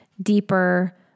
deeper